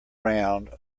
round